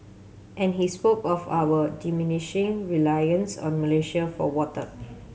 and he spoke of our diminishing reliance on Malaysia for water